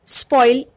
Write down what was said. spoil